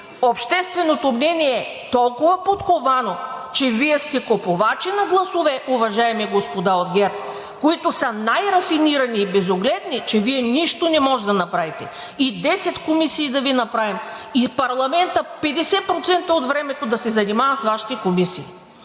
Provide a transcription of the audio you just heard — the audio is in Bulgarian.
Общественото мнение е толкова подковано, че Вие сте купувачи на гласове, уважаеми господа от ГЕРБ, които са най-рафинирани и безогледни, че Вие нищо не може да направите – и десет комисии да Ви направим, и парламентът 50% от времето да се занимава с Вашите комисии.